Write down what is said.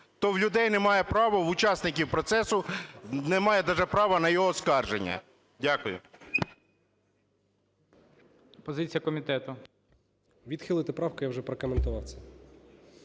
то в людей не має права, в учасників процесу, не має даже права на його оскарження. Дякую.